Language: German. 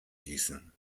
gießen